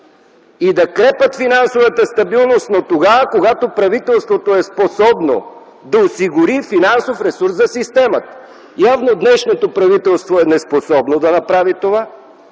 и да крепят финансовата стабилност, но тогава, когато правителството е способно да осигури финансов ресурс за системата. Явно днешното правителство е неспособно да направи това